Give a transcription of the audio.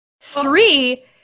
Three